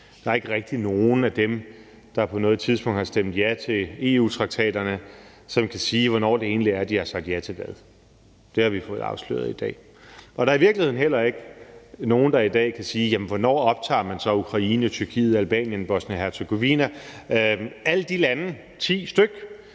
Der er ikke rigtig nogen af dem, der på et tidspunkt har stemt ja til EU-traktaterne, som kan sige, hvornår det egentlig er, de har sagt ja til hvad. Det har vi fået afsløret i dag. Der er i virkeligheden heller ikke nogen, der i dag kan sige, hvornår man så optager Ukraine, Tyrkiet, Albanien, Bosnien-Hercegovina, alle de lande – ti styk